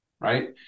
right